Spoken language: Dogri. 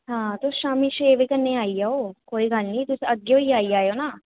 हां तुस शामी छे बजे कन्नै आई जाओ कोई गल्ल नी तुस अग्गें होई आई जाएओ ना